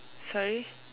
sorry